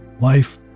life